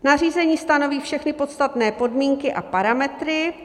Nařízení stanoví všechny podstatné podmínky a parametry.